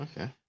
okay